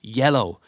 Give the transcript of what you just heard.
yellow